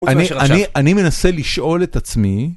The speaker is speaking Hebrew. אני מנסה לשאול את עצמי